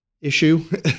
issue